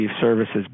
services